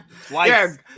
Twice